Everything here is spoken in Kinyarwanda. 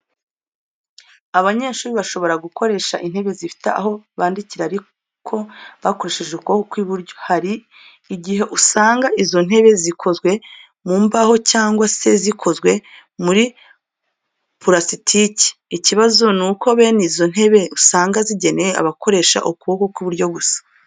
Abanyeshuri bashobora gukoresha intebe zifite aho bandikira ariko bakoresheje ukuboko kw'iburyo. Hari igihe usanga izo ntebe zikozwe mu mbaho cyangwa se zikozwe muri purasitike. Ikibazo ni uko bene izi ntebe usanga zigenewe abakoresha ukuboko kw'iburyo gusa.